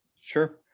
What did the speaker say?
Sure